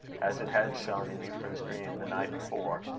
as it had shone in euphra's dream the night before,